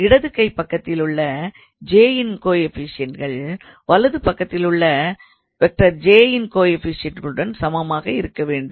இடதுகை பக்கத்திலுள்ள இன் கோஎஃப்பிஷியண்ட்கள் வலதுகை பக்கத்திலே உள்ள இன் கோஎஃப்பிஷியண்ட்களுடன் சமமாக இருக்க வேண்டும்